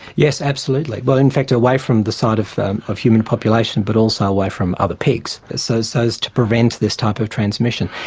yes, absolutely. well, but in fact, away from the sight of um of human population, but also away from other pigs, so so as to prevent this type of transmission.